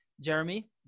jeremy